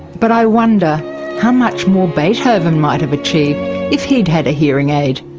but i wonder how much more beethoven might have achieved if he'd had a hearing aid.